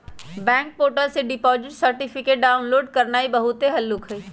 bank portal से deposit certificate download करनाइ बहुते हल्लुक हइ